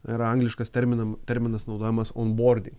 ir angliškas terminam terminas naudojamas unbording